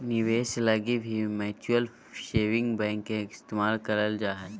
निवेश लगी भी म्युचुअल सेविंग बैंक के इस्तेमाल करल जा हय